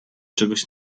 czegoś